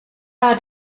hat